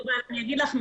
אני אגיד לך,